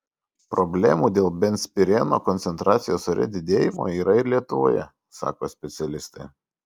problemų dėl benzpireno koncentracijos ore didėjimo yra ir lietuvoje sako specialistai